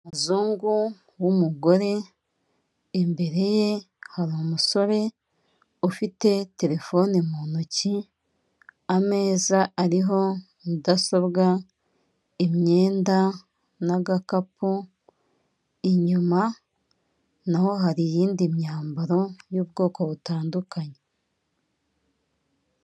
Umuzungu w'umugore, imbere ye hari umusore ufite telefone mu ntoki, ameza ariho mudasobwa, imyenda n'agakapu inyuma naho hari iyindi myambaro y'ubwoko butandukanye.